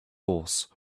horse